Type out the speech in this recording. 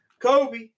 Kobe